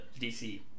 DC